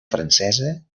francesa